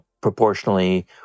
proportionally